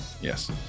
Yes